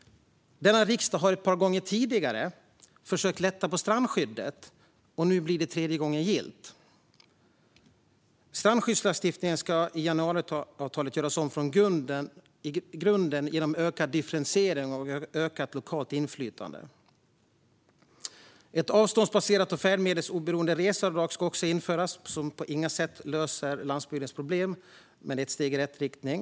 Denna riksdag har ett par gånger tidigare försökt att lätta på strandskyddet, och nu blir det tredje gången gillt. Strandskyddslagstiftningen ska enligt januariavtalet göras om i grunden genom ökad differentiering och ökat lokalt inflytande. Ett avståndsbaserat och färdmedelsoberoende reseavdrag ska också införas. Detta löser på inget sätt landsbygdens problem, men det är ett steg i rätt riktning.